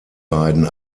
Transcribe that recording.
beiden